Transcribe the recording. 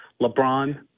LeBron